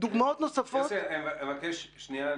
דוגמאות נוספות --- אבקש שנייה.